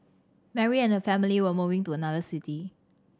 Mary and her family were moving to another city